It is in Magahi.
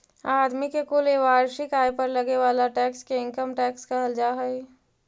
आदमी के कुल वार्षिक आय पर लगे वाला टैक्स के इनकम टैक्स कहल जा हई